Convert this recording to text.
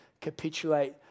capitulate